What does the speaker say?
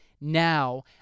Now